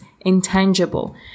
intangible